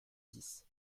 dix